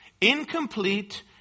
incomplete